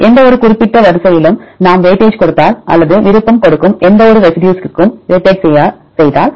எந்தவொரு குறிப்பிட்ட வரிசையிலும் நாம் வெயிட்டேஜ் கொடுத்தால் அல்லது விருப்பம் கொடுக்கும் எந்தவொரு ரெசிடியூஸ்ற்கும் வெயிட்டேஜ் செய்தால்